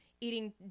Eating